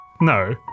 No